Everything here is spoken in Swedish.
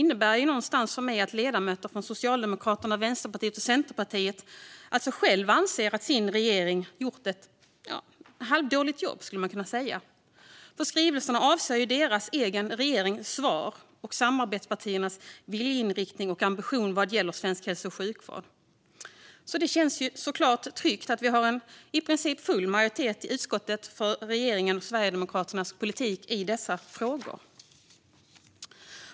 Detta innebär för mig att ledamöter från Socialdemokraterna, Vänsterpartiet och Centerpartiet själva anser att deras regering har gjort ett halvdåligt jobb, för skrivelserna avser ju deras egen regerings svar och samarbetspartiernas viljeinriktning och ambition vad gäller svensk hälso och sjukvård. Det känns såklart tryggt att vi har en i princip full majoritet i utskottet för regeringens och Sverigedemokraternas politik i dessa frågor.